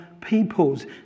peoples